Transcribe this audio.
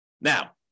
Now